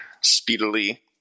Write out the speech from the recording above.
speedily